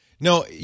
No